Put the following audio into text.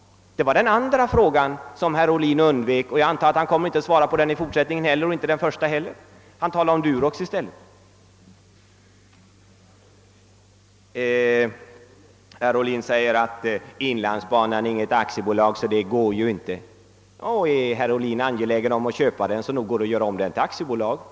Det var den andra frågan som herr Ohlin undvek. Jag förmodar att han inte heller i fortsättningen kommer att svara på dessa frågor; han kommer säkert att tala om Durox i stället. Herr Ohlin säger att inlandsbanan inte är något aktiebolag och att det där alltså inte kan bli fråga om någon försäljning av företaget. Om herr Ohlin är angelägen om att köpa detta företag, så går det att göra om det till aktiebolag.